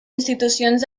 institucions